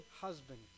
husband